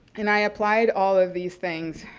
and i applied all of these things,